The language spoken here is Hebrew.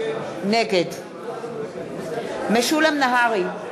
נגד משולם נהרי,